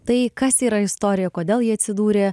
tai kas yra istorija kodėl ji atsidūrė